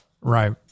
Right